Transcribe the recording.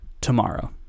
tomorrow